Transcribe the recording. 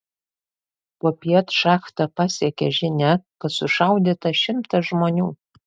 popiet šachtą pasiekė žinia kad sušaudyta šimtas žmonių